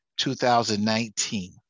2019